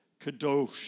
kadosh